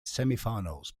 semifinals